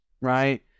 right